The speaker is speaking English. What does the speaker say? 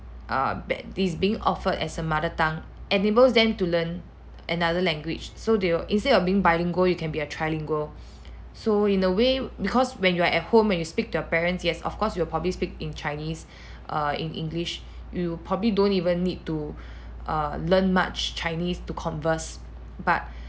err be~ is being offered as a mother tongue enables them to learn another language so they will instead of being bilingual you can be a trilingual so in a way because when you're at home when you speak to your parents yes of course you will probably speak in chinese err in english you probably don't even need to err learn much chinese to converse but